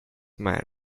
man